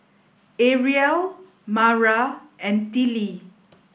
Arielle Mara and Tillie